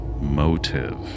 motive